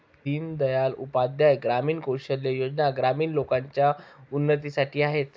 दीन दयाल उपाध्याय ग्रामीण कौशल्या योजना ग्रामीण लोकांच्या उन्नतीसाठी आहेत